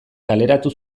kaleratu